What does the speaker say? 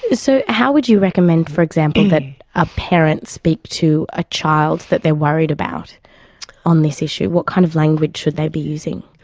so how would you recommend, for example, that a parent speak to a child that they are worried about on this issue, what kind of language should they be using?